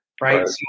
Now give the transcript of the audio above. right